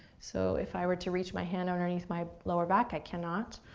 so if i were to reach my hand underneath my lower back, i cannot.